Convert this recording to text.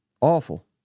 Awful